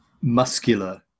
muscular